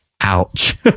Ouch